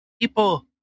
People